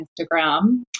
Instagram